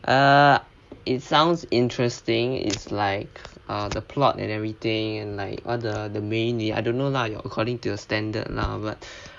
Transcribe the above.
err it sounds interesting it's like uh the plot and everything and like other the main I don't know lah you according to your standard lah but